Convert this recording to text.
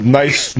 nice